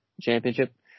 championship